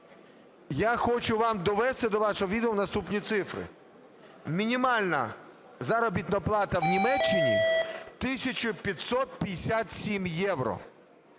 Я хочу вам довести до вашого відома наступні цифри: мінімальна заробітна плата в Німеччині - 1